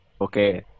Okay